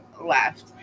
left